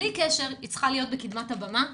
בלי קשר היא צריכה להיות בקדמת הבמה,